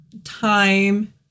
time